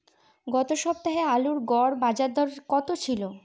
গত সপ্তাহে আলুর গড় বাজারদর কত ছিল?